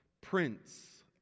prince